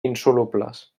insolubles